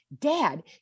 dad